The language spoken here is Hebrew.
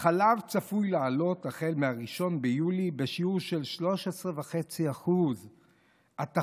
החלב צפוי לעלות ב-1 ביולי בשיעור של 13.5%; התחבורה,